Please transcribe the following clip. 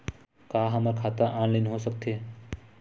का हमर खाता ऑनलाइन हो सकथे?